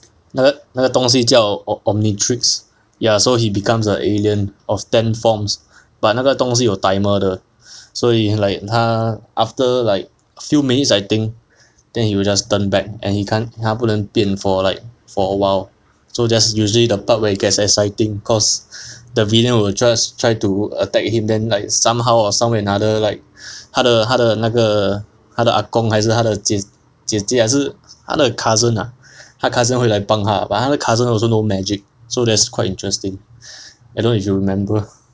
那那个东西叫 omni tricks ya so he becomes a alien of ten forms but 那个东西有 timer 的所以 like 他 after like few minutes I think then he will just turn back and can't 他不能变 for like for awhile so just usually the part where it gets exciting cause the villain will just try to attack him then like somehow or some way or another like 他的他的那个他的 ah gong 还是他的姐姐姐还是他的 cousin ah 他的 cousin 回来帮他 but 他的 cousin also know magic so there's quite interesting I don't know if you remember